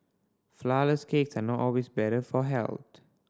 flourless cakes are not always better for health